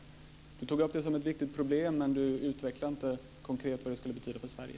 Han tog upp det som ett viktigt problem, men han utvecklade inte konkret vad det skulle betyda för Sverige.